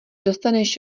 dostaneš